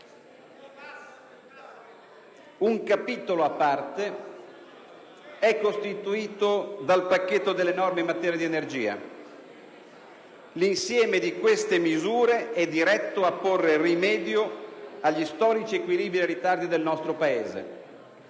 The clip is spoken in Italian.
Un capitolo a parte è costituito dal pacchetto delle norme in materia di energia. L'insieme di queste misure è diretto a porre rimedio agli storici squilibri e ritardi del nostro Paese.